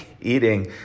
eating